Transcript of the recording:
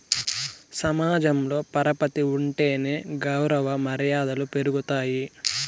సమాజంలో పరపతి ఉంటేనే గౌరవ మర్యాదలు పెరుగుతాయి